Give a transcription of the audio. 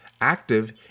active